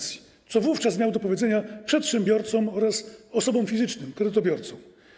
Co wówczas miał do powiedzenia przedsiębiorcom oraz osobom fizycznym, kredytobiorcom?